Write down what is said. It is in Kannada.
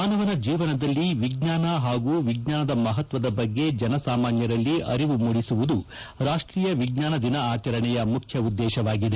ಮಾನವನ ಜೀವನದಲ್ಲಿ ವಿಜ್ಞಾನ ಹಾಗೂ ವಿಜ್ಞಾನದ ಮಹತ್ವದ ಬಗ್ಗೆ ಜನ ಸಾಮಾನ್ಯರಲ್ಲಿ ಅರಿವು ಮೂಡಿಸುವುದು ರಾಷ್ಷೀಯ ವಿಜ್ಙಾನ ದಿನ ಆಚರಣೆಯ ಮುಖ್ಯ ಉದ್ದೇಶವಾಗಿದೆ